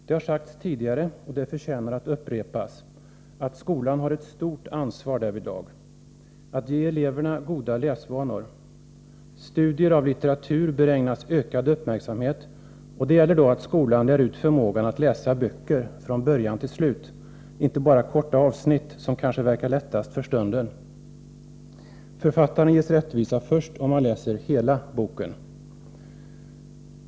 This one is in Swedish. Det har sagts tidigare, och det förtjänar att upprepas, att skolan har ett stort ansvar därvidlag — att ge eleverna goda läsvanor. Studier av litteratur bör ägnas ökad uppmärksamhet, och det gäller då att skolan lär ut förmågan att läsa böcker från början till slut, inte bara korta avsnitt som kanske verkar lättast för stunden — författaren ges rättvisa först om man läser hela boken.